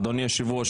אדוני היושב-ראש,